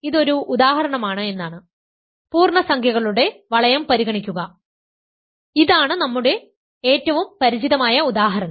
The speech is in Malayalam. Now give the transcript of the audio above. ഇത് ഒരു ഉദാഹരണമാണ് എന്നാണ് പൂർണ്ണസംഖ്യകളുടെ വളയം പരിഗണിക്കുക ഇതാണ് നമ്മുടെ ഏറ്റവും പരിചിതമായ ഉദാഹരണം